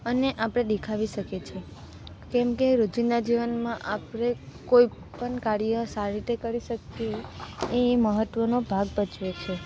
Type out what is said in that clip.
અને આપણે દેખાડી શકીએ છીએ કેમકે રોજિંદા જીવનમાં આપણે કોઈપણ કાર્ય સારી રીતે કરી શકીએ એ મહત્વનો ભાગ ભજવે છે